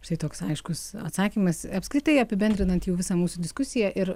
štai toks aiškus atsakymas apskritai apibendrinant jau visą mūsų diskusiją ir